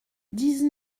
dix